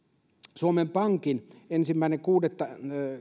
suomen pankin ensimmäinen kuudetta